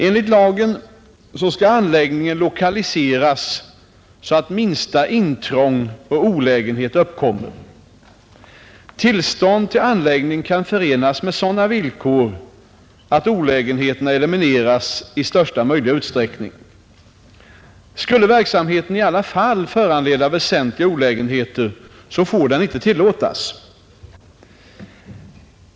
Enligt lagen skall anläggningen lokaliseras så att minsta intrång och olägenhet uppkommer. Tillstånd till anläggning kan förenas med sådana villkor att olägenheterna elimineras i största möjliga utsträckning. Skulle verksamheten i alla fall föranleda väsentliga olägenheter får den inte tillåtas.